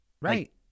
Right